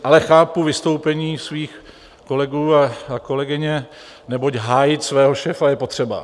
Ale chápu vystoupení svých kolegů a kolegyně, neboť hájit svého šéfa je potřeba.